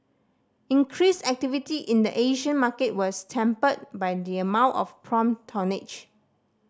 increased activity in the Asian market was tempered by the amount of prompt tonnage